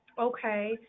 Okay